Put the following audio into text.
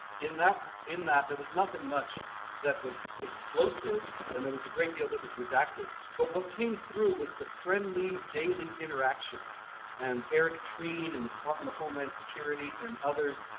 in that in that there was nothing much that was explosive and there was a great deal that was redacted but what came through was the friendly daily interaction and eric trina and the department of homeland security and others